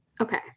Okay